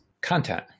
content